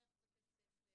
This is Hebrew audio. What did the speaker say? דרך בתי ספר,